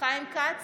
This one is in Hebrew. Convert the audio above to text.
חיים כץ,